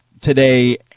today